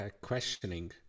questioning